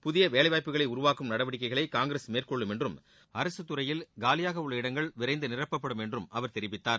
புதிய வேலைவாய்ப்புகளை உருவாக்கும் நடவடிக்கைகளை காங்கிரஸ் மேற்கொள்ளும் என்றும் அரசுத் துறையில் உள்ள காலி இடங்கள் விரைந்து நிரப்பப்படும் என்றும் அவர் தெரிவித்தார்